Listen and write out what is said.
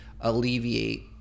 alleviate